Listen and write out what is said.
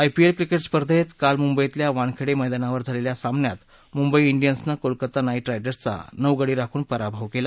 IPL cricket स्पर्धेत काल मुंबईतल्या वानखेडे मध्यमावर झालेल्या सामन्यात मुंबई डियन्सनं कोलकाता नाईट रायडर्सचा नऊ गडी राखून पराभव केला